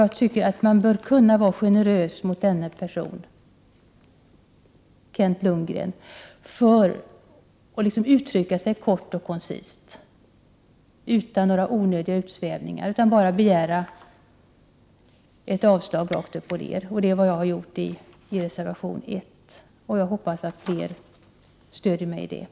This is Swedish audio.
Jag tycker att man bör kunna vara generös mot motionären, dvs. Kent Lundgren. Man hade kunnat yttra sig kort och koncist utan några utsvävningar och bara yrka avslag på motionen. Det är vad jag gör i reservation 1. Jag hoppas att fler stöder mig i detta.